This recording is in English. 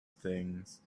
things